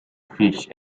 fish